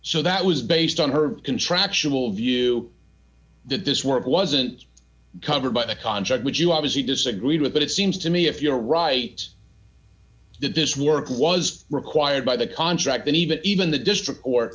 so that was based on her contractual view the disk work wasn't covered by the contract which you obviously disagreed with but it seems to me if you're right that this war was required by the contract and even even the district